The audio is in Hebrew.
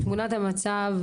תמונת המצב,